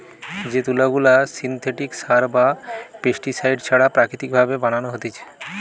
যে তুলা গুলা সিনথেটিক সার বা পেস্টিসাইড ছাড়া প্রাকৃতিক ভাবে বানানো হতিছে